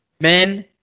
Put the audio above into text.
men